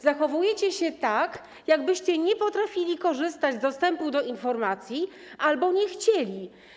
Zachowujecie się tak, jakbyście nie potrafili korzystać z dostępu do informacji albo nie chcieli.